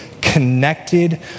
connected